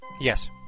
Yes